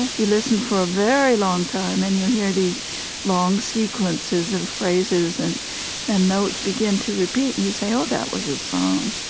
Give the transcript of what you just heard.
and you listen for a very long time, and you hear these long sequences of phrases and and notes begin to repeat, and you say, oh, that was a song.